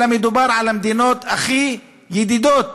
אלא מדובר על המדינות שהן הכי ידידות